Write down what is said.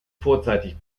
vorzeitig